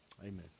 Amen